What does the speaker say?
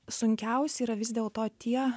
sunkiausia yra vis dėlto tie